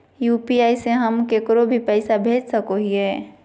UPI से हम केकरो भी पैसा भेज सको हियै?